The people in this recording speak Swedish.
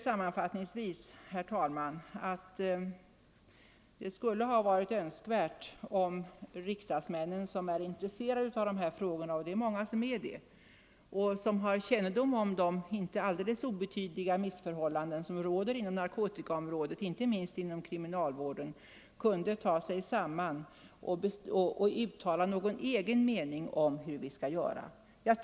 Sammanfattningsvis, herr talman, vill jag framhålla att det vore önskvärt att de riksdagsmän som är intresserade av dessa frågor — och många är det — och som har kännedom om de inte helt obetydliga missförhållanden som råder på narkotikaområdet, inte minst inom kriminalvården, kunde ta sig samman och uttala någon egen mening om vad som skall göras.